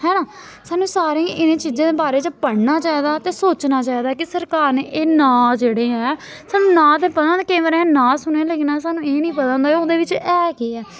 है ना सानूं सारें गी इ'नें चीजें दे बारे च पढ़ना चाहिदा ते सोचना चाहिदा कि सरकार ने एह् नांऽ जेह्ड़े ऐ सानू नांऽ ते पता होए केईं बारी असें नांऽ सुनेआ लेकिन सानूं एह् निं पता होंदा कि ओह्दे बिच्च ऐ केह् ऐ